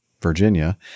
Virginia